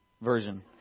version